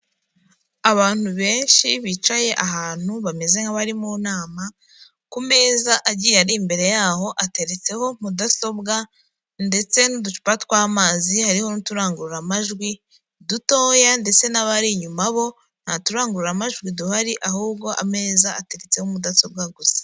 Abantu benshi bicaye ahantu bameze nk'abari mu nama, ku meza agiye ari imbere yaho, ateretseho mudasobwa ndetse n'uducupa tw'amazi, hariho n'uturangururamajwi dutoya ndetse n'abari inyuma bo nta turangururamajwi duhari, ahubwo ameza atetseho mudasobwa gusa.